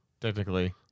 technically